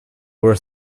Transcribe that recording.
were